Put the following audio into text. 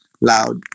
loud